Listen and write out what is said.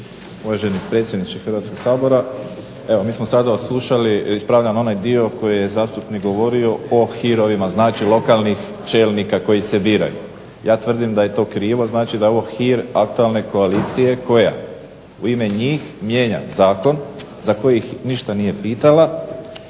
Uvaženi predsjedniče Hrvatskog sabora. Evo mi smo sada odslušali, ispravljam onaj dio koji je zastupnik govorio o hirovima znači lokalnih čelnika koji se biraju. Ja tvrdim da je to krivo, znači da je ovo hir aktualne koalicije koja u ime njih mijenja zakon za koji ništa nije pitala,